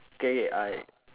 okay